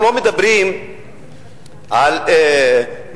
אנחנו לא מדברים על מדיניות,